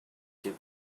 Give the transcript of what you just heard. give